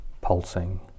pulsing